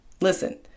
Listen